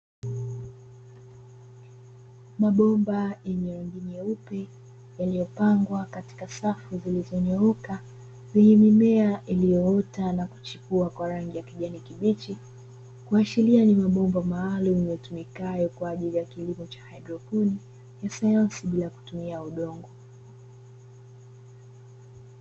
Mabomba yenye rangi nyeupe yaliyopangwa katika safu zilizonyooka, zenye mimea iliyoota na kuchipua kwa rangi ya kijani kibichi, kuashiria ni mabomba maalumu yatumikayo kwa ajili ya kilimo cha haidroponi ya sayansi bila kutumia udongo.